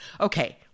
Okay